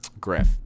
Griff